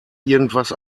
irgendwas